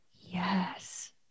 yes